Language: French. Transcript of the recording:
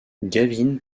gavin